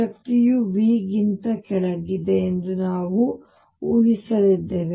ಶಕ್ತಿಯು V ಗಿಂತ ಕೆಳಗಿದೆ ಎಂದು ನಾವು ಊಹಿಸಲಿದ್ದೇವೆ